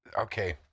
Okay